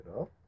up